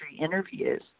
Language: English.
interviews